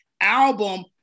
album